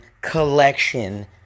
collection